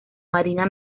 marina